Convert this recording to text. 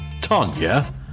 Tanya